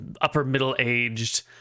upper-middle-aged